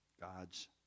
God's